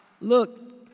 Look